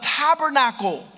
tabernacle